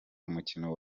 umukino